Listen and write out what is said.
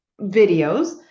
videos